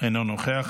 אינו נוכח.